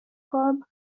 club